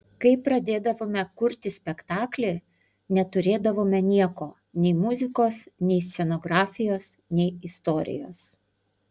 kai pradėdavome kurti spektaklį neturėdavome nieko nei muzikos nei scenografijos nei istorijos